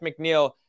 McNeil